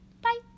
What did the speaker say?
Bye